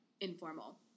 informal